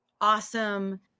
awesome